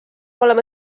olema